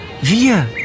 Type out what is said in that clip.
Wir